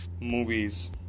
movies